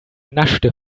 naschte